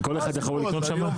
כל אחד יכול לקנות שם?